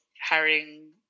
herring